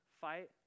Fight